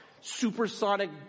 supersonic